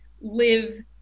live